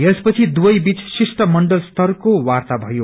यस पछि दुवै बीचइ शिष्टमंडल स्तरको वार्ता भयो